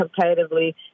competitively